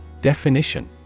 Definition